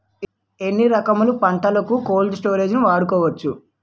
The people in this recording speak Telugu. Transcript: ఎన్ని రకములు పంటలకు కోల్డ్ స్టోరేజ్ వాడుకోవచ్చు?